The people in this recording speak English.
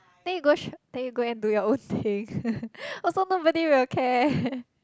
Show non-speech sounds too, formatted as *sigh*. then you go sho~ then you go and do your own things *laughs* also nobody will care *laughs*